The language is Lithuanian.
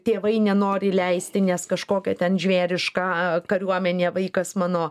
tėvai nenori leisti nes kažkokia ten žvėriška kariuomenė vaikas mano